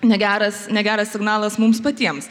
negeras negeras signalas mums patiems